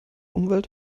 umwelt